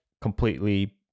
completely